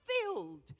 filled